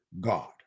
God